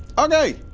okay